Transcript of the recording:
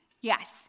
Yes